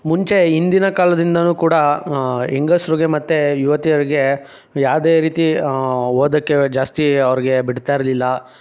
ಮುಂಚೆ ಹಿಂದಿನ ಕಾಲದಿಂದಲೂ ಕೂಡ ಹೆಂಗಸ್ರಿಗೆ ಮತ್ತು ಯುವತಿಯರಿಗೆ ಯಾವುದೇ ರೀತಿ ಓದೋಕ್ಕೆ ಜಾಸ್ತಿ ಅವ್ರಿಗೆ ಬಿಡ್ತಾ ಇರಲಿಲ್ಲ